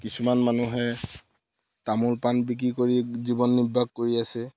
কিছুমান মানুহে তামোল পাণ বিক্ৰী কৰি জীৱন নিৰ্বাহ কৰি আছে